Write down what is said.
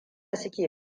suke